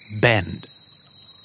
Bend